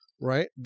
right